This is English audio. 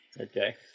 Okay